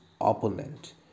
opponent